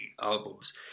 albums